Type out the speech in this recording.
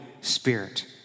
Spirit